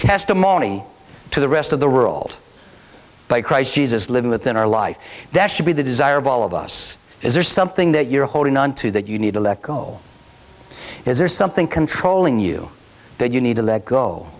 testimony to the rest of the ruled by christ jesus living within our life that should be the desire of all of us is there something that you're holding onto that you need to let go is there something controlling you that you need to let go